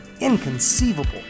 inconceivable